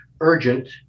Urgent